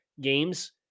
games